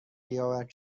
بیاورد